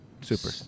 Super